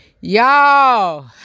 Y'all